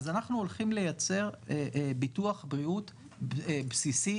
אז אנחנו הולכים לייצר ביטוח בריאות בסיסי,